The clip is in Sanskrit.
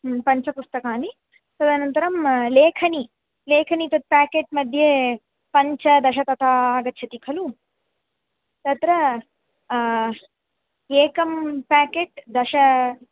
पञ्चपुस्तकानि तदनन्तरं लेखनी लेखनी तत् पेकेट् मध्ये पञ्च दश तथा आगच्छन्ति खलु तत्र एकं पेकेट् दश